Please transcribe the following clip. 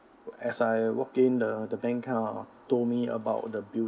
as I walk in the the bank kind of told me about the